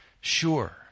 sure